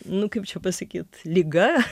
nu kaip čia pasakyt liga